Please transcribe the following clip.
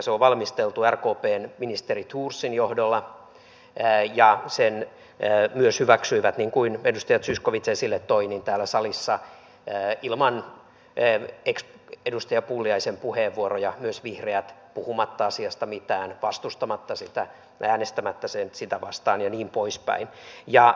se on valmisteltu rkpn ministeri thorsin johdolla ja sen myös hyväksyivät niin kuin edustaja zyskowicz esille toi täällä salissa lukuun ottamatta ex edustaja pulliaisen puheenvuoroja myös vihreät puhumatta asiasta mitään vastustamatta sitä äänestämättä sitä vastaan ja niin pois päin